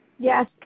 Yes